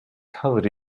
covered